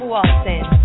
Watson